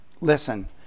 listen